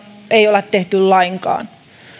ei ole tehty lainkaan